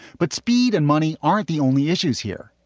but speed and money aren't the only issues here.